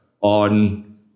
on